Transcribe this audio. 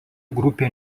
grupė